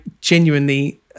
genuinely